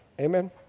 Amen